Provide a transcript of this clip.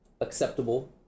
acceptable